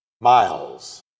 miles